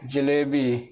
jalebi